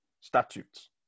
statutes